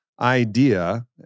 idea